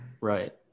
Right